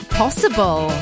possible